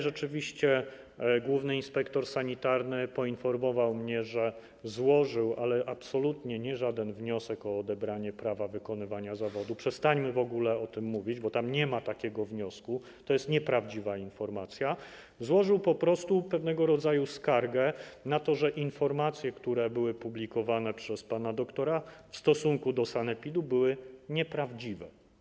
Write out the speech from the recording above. Rzeczywiście główny inspektor sanitarny poinformował mnie, że złożył, ale absolutnie nie żaden wniosek o odebranie prawa wykonywania zawodu, przestańmy w ogóle o tym mówić, bo tam nie ma takiego wniosku, to jest nieprawdziwa informacja - złożył po prostu pewnego rodzaju skargę na to, że informacje, które były publikowane przez pana doktora, w stosunku do sanepidu były nieprawdziwe.